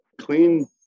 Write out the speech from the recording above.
clean